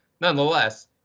Nonetheless